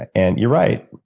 and you're right.